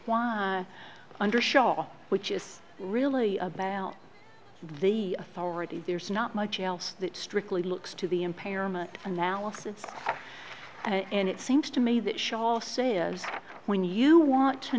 why under shock which is really about the authority there's not much else that strictly looks to the impairment analysis and it seems to me that shall say is when you want to